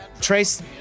Trace